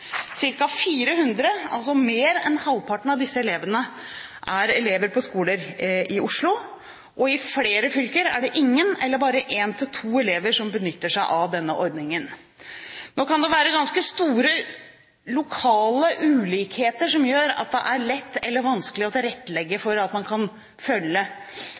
400, altså mer enn halvparten av disse elevene, er elever på skoler i Oslo, og i flere fylker er det ingen eller bare en–to elever som benytter seg av denne ordningen. Nå kan det være ganske store lokale ulikheter som gjør om det er lett eller vanskelig å tilrettelegge for at man kan følge